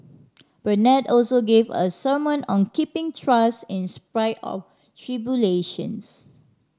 Bernard also gave a sermon on keeping trust in spite of tribulations